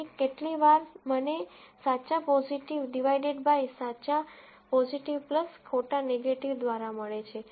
તેથી કેટલી વાર મને સાચા પોઝીટિવ ડીવાયડેડ બાય સાચા પોઝીટિવ ખોટા નેગેટીવ દ્વારા મળે છે